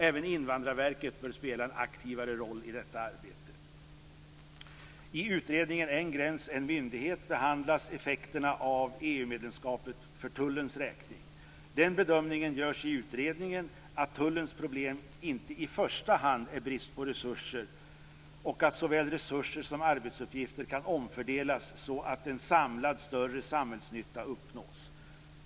Även Invandrarverket bör spela en aktivare roll i detta arbete. I utredningen En gräns - en myndighet behandlas effekterna av EU-medlemskapet för tullens räkning. Utredningen gör bedömningen att tullens problem inte i första hand är brist på resurser och att såväl resurser som arbetsuppgifter kan omfördelas så att en samlad större samhällsnytta uppnås.